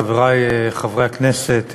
חברי חברי הכנסת,